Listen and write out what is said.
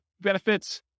benefits